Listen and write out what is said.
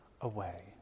away